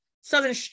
Southern